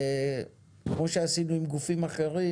כפי שעשינו עם גופים אחרים,